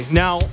now